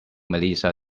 melissa